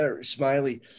Smiley